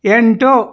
ಎಂಟು